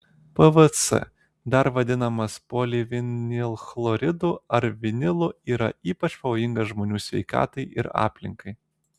pvc dar vadinamas polivinilchloridu ar vinilu yra ypač pavojingas žmonių sveikatai ir aplinkai